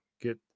Get